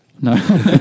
No